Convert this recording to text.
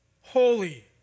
holy